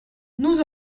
nous